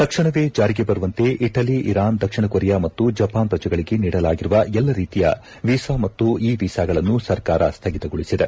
ತಕ್ಷಣವೇ ಜಾರಿಗೆ ಬರುವಂತೆ ಇಟಲಿ ಇರಾನ್ ದಕ್ಷಿಣ ಕೊರಿಯಾ ಮತ್ತು ಜಪಾನ್ ಪ್ರಜೆಗಳಿಗೆ ನೀಡಲಾಗಿರುವ ಎಲ್ಲ ರೀತಿಯ ವೀಸಾ ಮತ್ತು ಇ ವೀಸಾಗಳನ್ನು ಸರ್ಕಾರ ಸ್ಥಗಿತಗೊಳಿಸಿದೆ